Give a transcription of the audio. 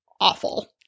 awful